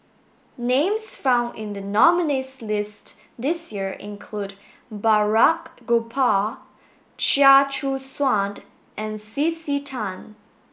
names found in the nominees' list this year include Balraj Gopal Chia Choo Suan and C C Tan